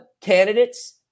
candidates